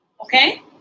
Okay